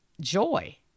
joy